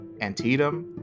Antietam